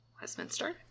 Westminster